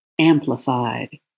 amplified